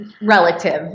relative